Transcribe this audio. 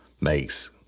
makes